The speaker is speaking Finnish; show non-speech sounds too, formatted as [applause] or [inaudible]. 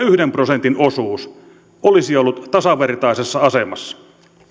[unintelligible] yhden prosentin osuus olisi ollut tasavertaisessa asemassa